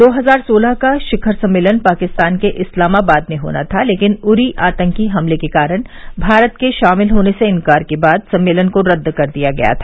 दो हजार सोलह का शिखर सम्मेलन पाकिस्तान के इस्लामाबाद में होना था लेकिन उरी आतंकी हमले के कारण भारत के शामिल होने से इंकार के बाद सम्मेलन को रद्द कर दिया गया था